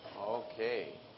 Okay